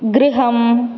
गृहम्